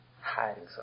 hiding